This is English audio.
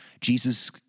Jesus